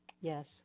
Yes